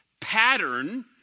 pattern